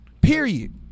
period